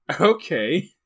Okay